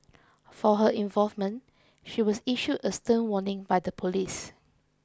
for her involvement she was issued a stern warning by the police